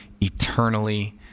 eternally